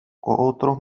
otros